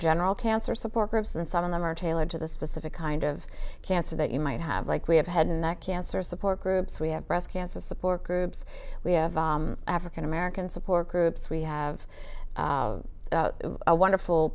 general cancer support groups and some of them are tailored to the specific kind of cancer that you might have like we have had in that cancer support groups we have breast cancer support groups we have african american support groups we have a wonderful